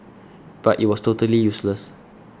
but it was totally useless